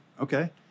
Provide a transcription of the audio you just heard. Okay